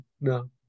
No